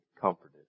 comforted